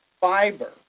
fiber